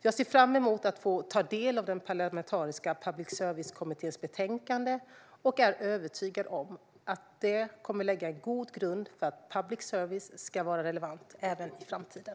Jag ser fram emot att få ta del av den parlamentariska public service-kommitténs betänkande och är övertygad om att det kommer att lägga en god grund för att public service ska vara relevant även i framtiden.